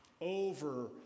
Over